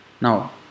Now